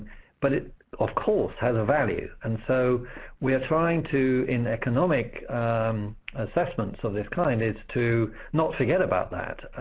but it of course has a value, and so we're trying to, in economic assessments of this kind, is to not forget about that.